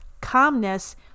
calmness